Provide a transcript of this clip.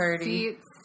seats